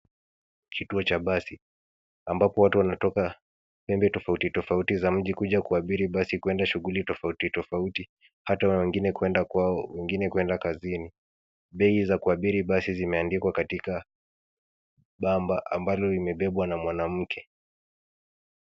Kituo cha basi ambapo watu wanatoka pembe tofauti tofauti za mji kuja kuabiri basi kuenda shughuli tofauti tofauti hata wengine kuenda kwao wengine kuenda kazini. Bei za kuabiri basi zimeandikwa katika bamba ambalo limebebwa na mwanamke.